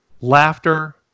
laughter